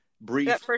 brief